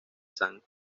san